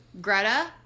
Greta